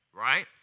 right